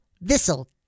this'll